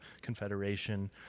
confederation